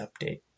update